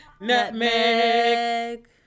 Nutmeg